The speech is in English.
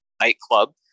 nightclub